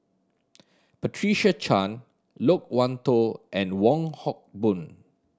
Patricia Chan Loke Wan Tho and Wong Hock Boon